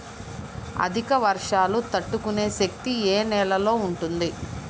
అధిక వర్షాలు తట్టుకునే శక్తి ఏ నేలలో ఉంటుంది?